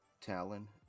Talon